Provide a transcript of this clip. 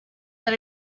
that